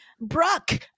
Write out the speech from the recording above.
Brooke